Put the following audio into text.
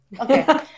Okay